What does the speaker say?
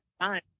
time